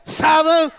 seven